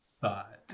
thought